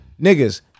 Niggas